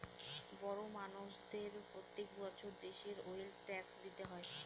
বড় মানষদের প্রত্যেক বছর দেশের ওয়েলথ ট্যাক্স দিতে হয়